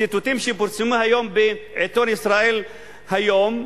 מציטוטים שפורסמו היום בעיתון "ישראל היום"